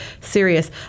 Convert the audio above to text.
serious